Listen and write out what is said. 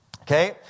Okay